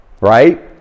Right